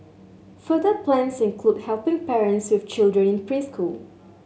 further plans include helping parents with children in preschool